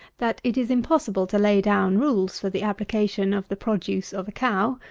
that it is impossible to lay down rules for the application of the produce of a cow,